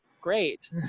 great